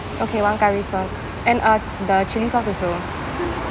okay one curry sauce and uh the chilli sauce also